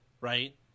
right